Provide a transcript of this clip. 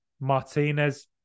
Martinez